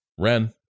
Ren